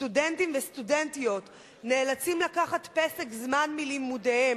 סטודנטים וסטודנטיות נאלצים לקחת פסק זמן מלימודיהם